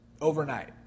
overnight